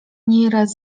nieraz